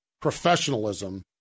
professionalism